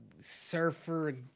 surfer